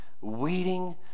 weeding